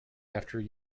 after